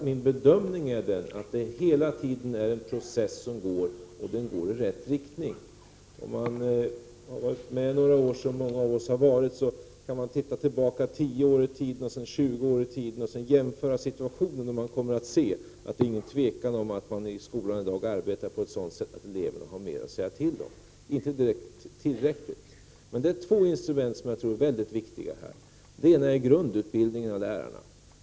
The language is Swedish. Min bedömning är emellertid att detta är en process som pågår hela tiden och att den går i rätt riktning. Om man har varit med några år, som många av oss har varit, kan man se tillbaka 10 år resp. 20 år i tiden och jämföra situationen. Man kommer då att se att skolorna i dag arbetar på ett sådant sätt att eleverna har mer att säga till om, även om det inte direkt är tillräckligt. Här finns två instrument som är mycket viktiga. Det ena är grundutbildningen av lärarna.